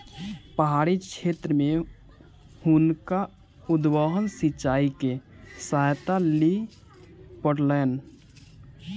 पहाड़ी क्षेत्र में हुनका उद्वहन सिचाई के सहायता लिअ पड़लैन